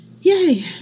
yay